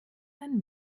ein